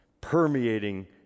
permeating